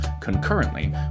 concurrently